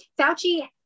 Fauci